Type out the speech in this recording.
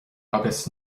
agus